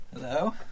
Hello